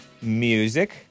Music